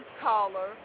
caller